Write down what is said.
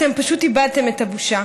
אתם פשוט איבדתם את הבושה.